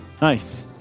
nice